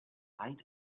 height